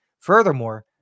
Furthermore